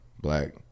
black